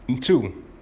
Two